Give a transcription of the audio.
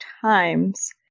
Times